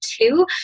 two